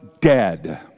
dead